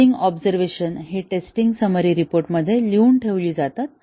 testing observation हे testing summary report मध्ये लिहून ठेवली जातात